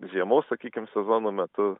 žiemos sakykim sezono metu